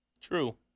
True